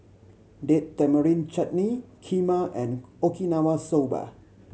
Date Tamarind Chutney Kheema and Okinawa Soba